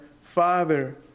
father